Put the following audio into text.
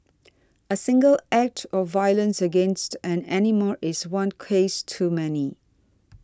a single act of violence against an animal is one case too many